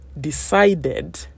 decided